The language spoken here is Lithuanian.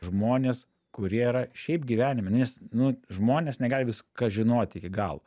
žmones kurie yra šiaip gyvenime nes nu žmonės negali viską žinoti iki galo